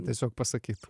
tiesiog pasakyt